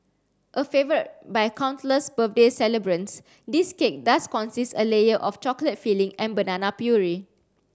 a favourite by countless birthday celebrants this cake does consist a layer of chocolate filling and banana puree